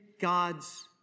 God's